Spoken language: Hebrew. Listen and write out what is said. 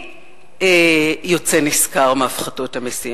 מי יוצא נשכר מהפחתות המסים?